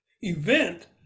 event